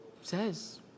says